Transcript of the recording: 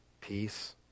peace